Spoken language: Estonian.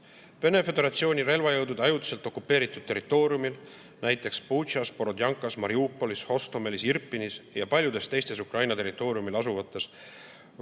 Föderatsiooni relvajõudude ajutiselt okupeeritud territooriumil, näiteks Butšas, Borodjankas, Mariupolis, Hostomelis, Irpinis ja paljudes teistes Ukraina territooriumil asuvates